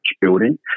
building